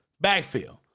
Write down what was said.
backfield